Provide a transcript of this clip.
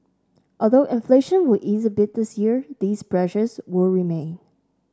although inflation will ease a bit this year these pressures will remain